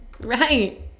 Right